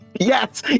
yes